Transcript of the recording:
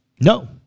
No